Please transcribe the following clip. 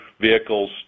vehicles